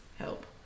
Help